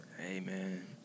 Amen